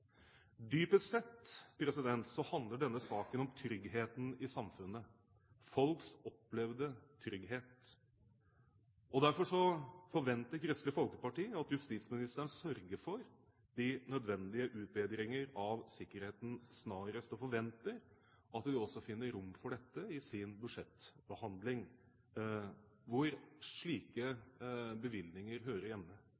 Dypest sett handler denne saken om tryggheten i samfunnet – folks opplevde trygghet. Derfor forventer Kristelig Folkeparti at justisministeren sørger for de nødvendige utbedringer av sikkerheten snarest, og forventer at man også finner rom for dette i sin budsjettbehandling, hvor